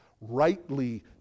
rightly